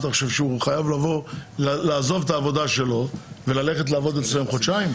אתה חושב שהוא חייב לעזוב את העבודה שלו וללכת לעבוד אצלם חודשיים?